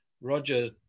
Roger